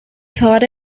thought